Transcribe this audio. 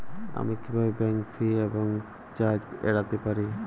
আমি কিভাবে bank fee এবং চার্জ এড়াতে পারি?